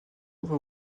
autre